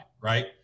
right